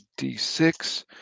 D6